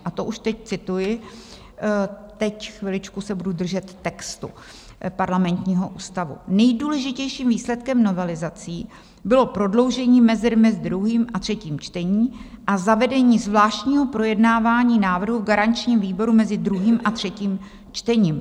A to už teď cituji, teď chviličku se budu držet textu Parlamentního ústavu: Nejdůležitějším výsledkem novelizací bylo prodloužení mezery mezi druhým a třetím čtením a zavedení zvláštního projednávání návrhu v garančním výboru mezi druhým a třetím čtením.